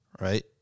right